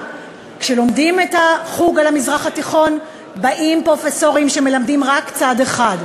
שכשלומדים בחוג על המזרח התיכון באים פרופסורים שמלמדים רק צד אחד,